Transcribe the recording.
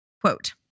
Quote